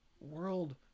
world